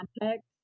context